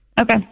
Okay